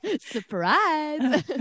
surprise